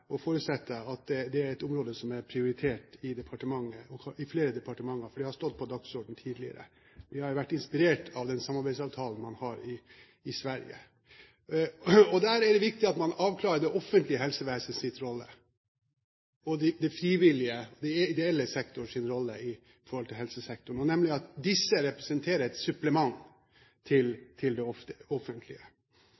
og forutsetter at det er et område som er prioritert i flere departementer, for det har stått på dagsordenen tidligere. Vi har vært inspirert av den samarbeidsavtalen man har i Sverige. I den forbindelse er viktig at man avklarer det offentlige helsevesenets rolle og den frivillige/ideelle sektors rolle når det gjelder helsesektoren, nemlig at disse representerer et supplement til